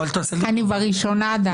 אני בראשונה עדיין.